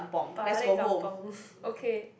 balik kampungs okay